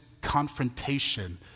confrontation